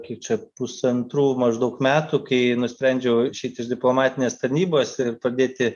kaip čia pusantrų maždaug metų kai nusprendžiau išeiti iš diplomatinės tarnybos ir pradėti